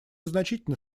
значительно